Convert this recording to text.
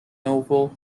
nouvelle